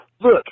Look